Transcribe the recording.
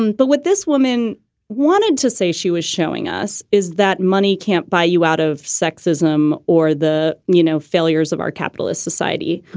um but what this woman wanted to say she was showing us is that money can't buy you out of sexism or the, you know, failures of our capitalist society.